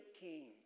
king